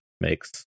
makes